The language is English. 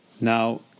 now